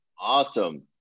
Awesome